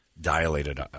dilated –